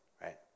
right